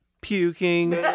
puking